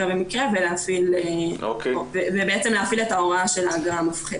ומקרה ולהפעיל את ההוראה של האגרה המופחתת.